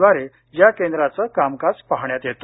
द्वारे या केंद्राचं कामकाज पाहण्यात येतं